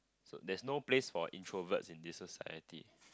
so there's no place for introverts in this society